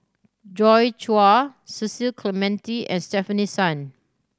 Joi Chua Cecil Clementi and Stefanie Sun